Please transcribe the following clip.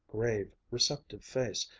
grave, receptive face,